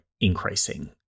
increasing